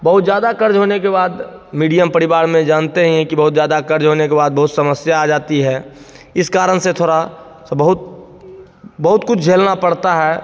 बहुत ज़्यादा क़र्ज़ होने के बाद मीडियम परिवार में जानते हैं कि बहुत ज़्यादा क़र्ज़ होने के बाद बहुत समस्या आ जाती है इस कारण से थोड़ा सा बहुत बहुत कुछ झेलना पड़ता है